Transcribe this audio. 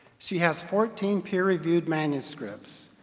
she has fourteen peer-reviewed manuscripts,